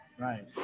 right